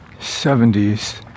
70s